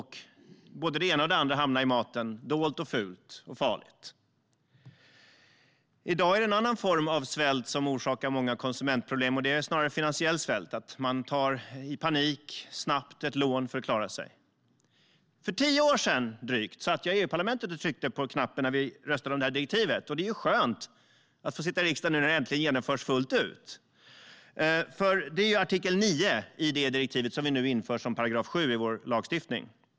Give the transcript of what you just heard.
Både det ena och det andra hamnade i maten - dolt, fult och farligt. I dag är det en annan form av svält som orsakar många konsumentproblem. Det är snarare en finansiell svält där man i panik snabbt tar ett lån för att klara sig. För drygt tio år sedan satt jag i EU-parlamentet och tryckte på knappen när vi röstade om det här direktivet. Nu är det skönt att få sitta i riksdagen när det äntligen genomförs fullt ut. Det är artikel 9 i direktivet som vi nu inför som paragraf 7 i vår lagstiftning.